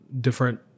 different